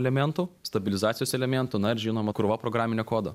elementų stabilizacijos elementų na ir žinoma krūva programinio kodo